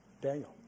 Daniel